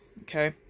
Okay